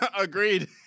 Agreed